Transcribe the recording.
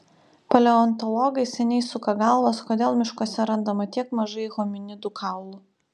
paleontologai seniai suka galvas kodėl miškuose randama tiek mažai hominidų kaulų